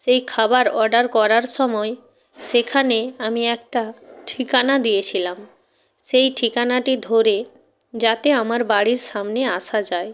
সেই খাবার অর্ডার করার সময় সেখানে আমি একটা ঠিকানা দিয়েছিলাম সেই ঠিকানাটি ধরে যাতে আমার বাড়ির সামনে আসা যায়